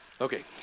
Okay